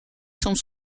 soms